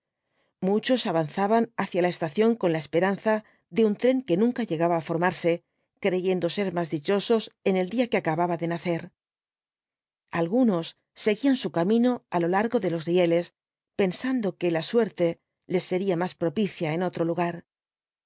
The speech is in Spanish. muchos avanzaban hacia la estación con la esperanza de un tren que nunca llegaba á formarse creyendo ser más dichosos en el día que acababa de nacer algnnos seg uían su camino á lo largo de los rieles pensando que la suerte les sería más propicia en otro lugar